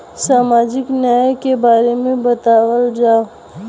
सामाजिक न्याय के बारे में बतावल जाव?